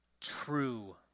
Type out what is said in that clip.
true